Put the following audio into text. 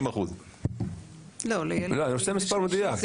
מעל 90%. אני רוצה מספר מדויק.